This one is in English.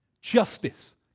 justice